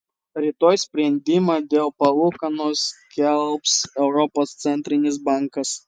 rytoj sprendimą dėl palūkanų skelbs europos centrinis bankas